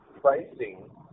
pricing